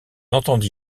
entendit